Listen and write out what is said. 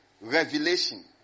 revelation